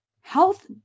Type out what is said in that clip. health